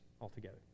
altogether